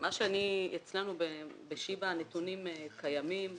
אצלנו בשיבא הנתונים קיימים,